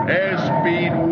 Airspeed